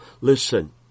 listen